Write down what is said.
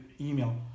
email